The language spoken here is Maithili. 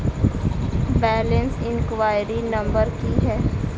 बैलेंस इंक्वायरी नंबर की है?